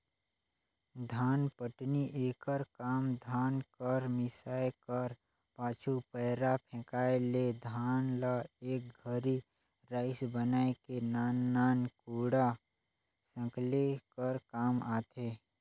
धानपटनी एकर काम धान कर मिसाए कर पाछू, पैरा फेकाए ले धान ल एक घरी राएस बनाए के नान नान कूढ़ा सकेले कर काम आथे